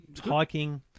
Hiking